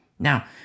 Now